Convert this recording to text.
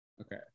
Okay